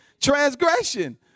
transgression